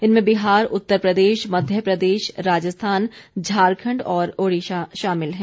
इनमें बिहार उत्तर प्रदेश मध्य प्रदेश राजस्थान झारखंड और ओड़िसा राज्य शामिल हैं